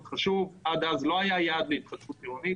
עד אז לא היה יעד להתחדשות עירונית,